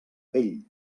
pell